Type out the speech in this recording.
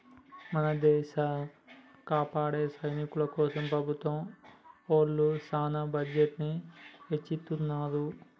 మన దేసాన్ని కాపాడే సైనికుల కోసం ప్రభుత్వం ఒళ్ళు సాన బడ్జెట్ ని ఎచ్చిత్తున్నారు